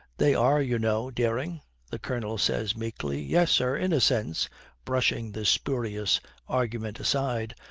they are, you know, dering the colonel says meekly. yes, sir, in a sense brushing the spurious argument aside,